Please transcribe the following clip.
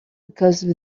because